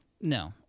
No